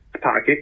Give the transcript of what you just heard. pocket